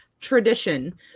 Tradition